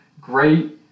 Great